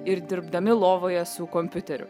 ir dirbdami lovoje su kompiuteriu